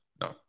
no